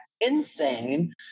insane